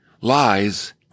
lies